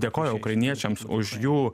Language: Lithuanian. dėkojo ukrainiečiams už jų